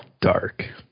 dark